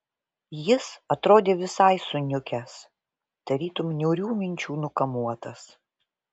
jis atrodė visai suniukęs tarytum niūrių minčių nukamuotas